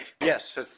Yes